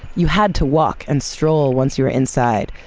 you had to walk and stroll once you were inside,